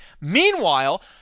Meanwhile